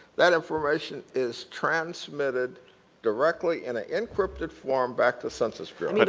that information is transmitted directly in an encrypted form back to census bureau. but